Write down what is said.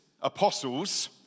apostles